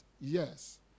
yes